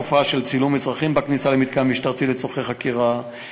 הופסקה התופעה של צילום אזרחים בכניסה למתקן משטרתי לצורכי חקירה,